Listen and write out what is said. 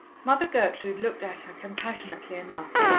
mother gertrude looked at her compassionately enough,